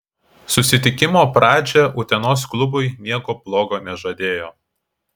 susitikimo pradžia utenos klubui nieko blogo nežadėjo